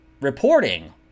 reporting